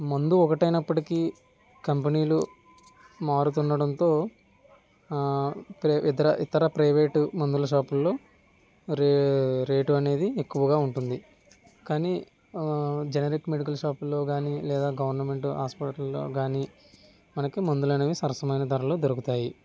మందు ఒకటే అయినప్పటికీ కంపెనీలు మారుతుండడంతో ఇతర ఇతర ప్రైవేటు మందుల షాపుల్లో రే రేటు అనేది ఎక్కువగా ఉంటుంది కానీ జనరిక్ మెడికల్ షాపుల్లో కానీ లేదా గవర్నమెంట్ హాస్పిటల్లో కానీ మనకి మందులు అనేవి సరసమైన ధరలో దొరుకుతాయి